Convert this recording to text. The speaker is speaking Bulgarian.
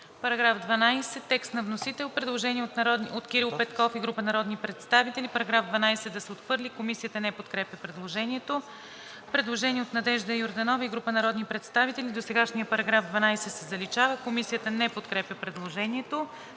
По § 14 – текст на вносител, има предложение от Кирил Петков и група народни представители: „§ 14 да се отхвърли.“ Комисията не подкрепя предложението. Предложение от Надежда Йорданова и група народни представители: „Досегашният § 14 се заличава.“ Комисията не подкрепя предложението.